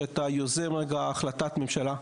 שאתה יוזם החלטת ממשלה,